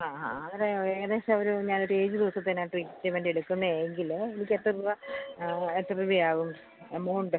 ആ ആ അങ്ങനെ എകദേശമൊരു ഞാനൊരേഴ് ദിവസത്തേനാ ട്രീറ്റ്മെൻറ്റെടുക്കുന്നത് എങ്കിൽ എനിക്കെത്ര രൂപ ആ എത്ര രൂപയാവും എമൗണ്ട്